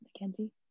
Mackenzie